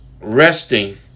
resting